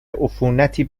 عفونتی